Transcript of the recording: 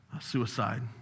Suicide